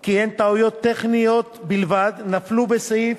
כי הן טעויות טכניות בלבד שנפלו בסעיף